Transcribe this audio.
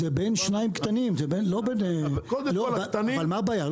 זה בין שניים קטנים, אבל מה הבעיה?